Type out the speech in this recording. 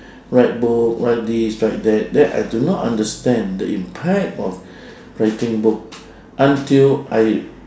write book write this write that then I do not understand the impact of writing book until I